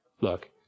Look